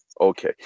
Okay